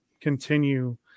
continue